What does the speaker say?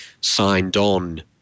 signed-on